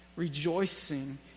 rejoicing